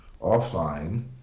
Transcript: offline